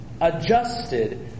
adjusted